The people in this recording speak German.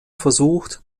versucht